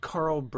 Carl